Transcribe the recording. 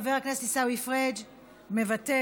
חבר הכנסת עיסאווי פריג' מוותר,